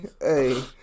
hey